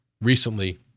Recently